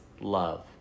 love